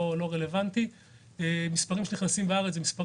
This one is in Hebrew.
מאוד גדולים,